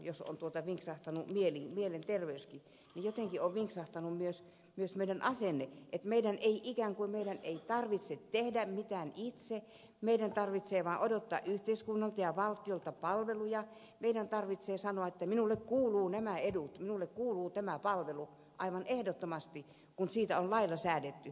jos on vinksahtanut mielenterveys niin jotenkin on vinksahtanut myös meidän asenteemme niin että ikään kuin meidän ei tarvitse tehdä mitään itse meidän tarvitsee vain odottaa yhteiskunnalta ja valtiolta palveluja meidän tarvitsee sanoa että minulle kuuluvat nämä edut minulle kuuluu tämä palvelu aivan ehdottomasti kun siitä on lailla säädetty